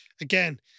again